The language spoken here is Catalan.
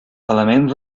element